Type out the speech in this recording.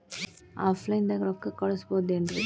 Offline ದಾಗ ರೊಕ್ಕ ಕಳಸಬಹುದೇನ್ರಿ?